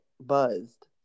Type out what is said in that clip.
buzzed